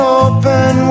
open